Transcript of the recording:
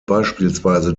beispielsweise